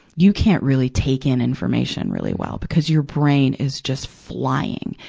you can't really take in information really well, because your brain is just flying.